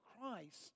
Christ